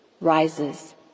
rises